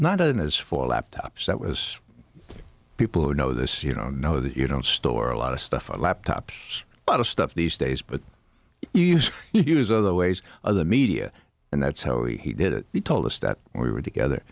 not and as for laptops that was people who know this you know know that you don't store a lot of stuff on laptops out of stuff these days but you use other ways other media and that's how he did it he told us that we were together